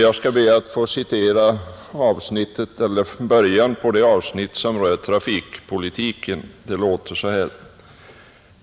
Jag skall be att få citera början på det avsnitt som berör trafikpolitiken: